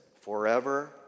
forever